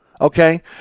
okay